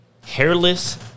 hairless